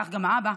כך גם האבא,